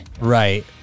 right